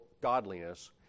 godliness